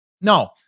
No